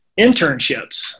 internships